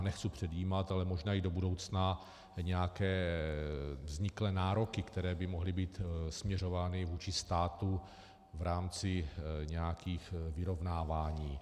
Nechci předjímat, ale možná i do budoucna nějaké vzniklé nároky, které by mohly být směřovány vůči státu v rámci nějakých vyrovnávání.